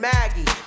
Maggie